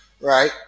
right